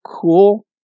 Cool